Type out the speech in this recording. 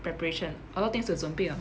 preparation or a lot of things to 准备 ah